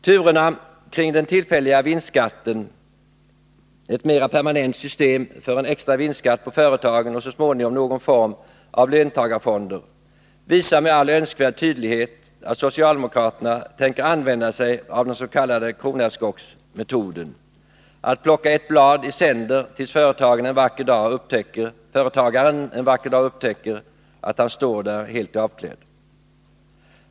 Turerna kring den tillfälliga vinstskatten, ett mera permanent system för en extra vinstskatt på företagen och så småningom någon form av löntagarfonder visar med all önskvärd tydlighet att socialdemokraterna tänker använda sig av den s.k. kronärtskocksmetoden — att plocka ett blad i sänder tills företagaren en vacker dag upptäcker att han står där helt avklädd.